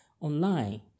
online